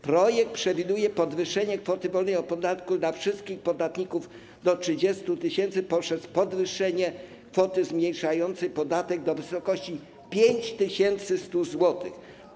Projekt przewiduje podwyższenie kwoty wolnej od podatku dla wszystkich podatników do 30 tys. poprzez podwyższenie kwoty zmniejszającej podatek do wysokości 5100 zł.